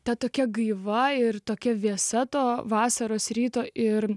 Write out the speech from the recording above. tad tokia gaiva ir tokia vėsa to vasaros ryto ir